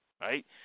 Right